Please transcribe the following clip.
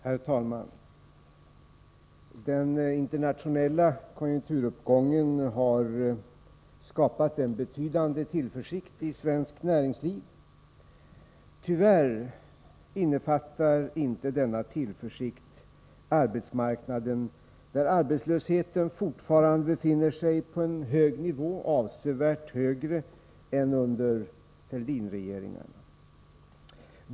Herr talman! Den internationella konjunkturuppgången har skapat en betydande tillförsikt i svenskt näringsliv. Tyvärr innefattar inte denna tillförsikt arbetsmarknaden, där arbetslösheten fortfarande befinner sig på en hög nivå, avsevärt högre än under Fälldinregeringarna.